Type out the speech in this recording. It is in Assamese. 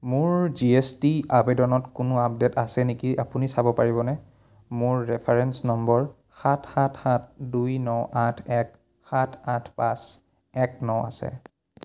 মোৰ জি এছ টি আবেদনত কোনো আপডেট আছে নেকি আপুনি চাব পাৰিবনে মোৰ ৰেফাৰেন্স নম্বৰ সাত সাত সাত দুই ন আঠ এক সাত আঠ পাঁচ এক ন আছে